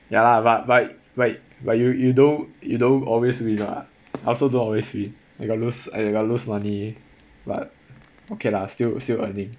ya lah but but but but you you don't you don't always win lah I also don't always win I got lose and I got lose money but okay lah still still earning